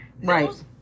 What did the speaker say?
Right